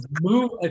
move